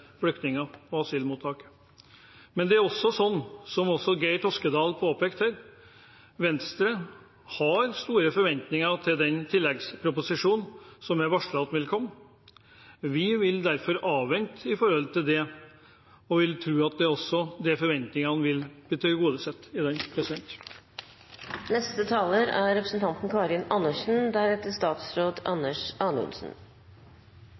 flyktninger, for asylmottak. Men det er også som Geir Sigbjørn Toskedal påpekte: Venstre har store forventninger til den tilleggsproposisjonen som er varslet vil komme. Vi vil derfor avvente den – og vil tro at disse forventningene vil bli tilgodesett i den. Jeg vil starte med å si at jeg våkner hver morgen og er